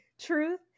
truth